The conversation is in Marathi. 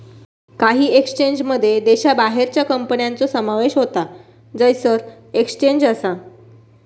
काही एक्सचेंजमध्ये देशाबाहेरच्या कंपन्यांचो समावेश होता जयसर एक्सचेंज असा